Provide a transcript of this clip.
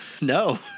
No